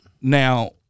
Now